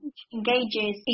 engages